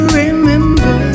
remember